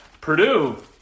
Purdue